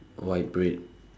white bread